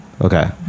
Okay